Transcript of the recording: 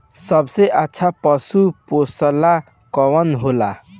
सबसे अच्छा पशु पोसेला कौन होला?